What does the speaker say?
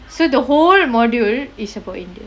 so the whole module is about india